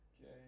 Okay